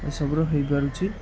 ଏସବୁର ହେଇପାରୁଛି